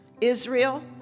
israel